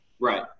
right